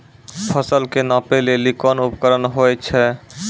फसल कऽ नापै लेली कोन उपकरण होय छै?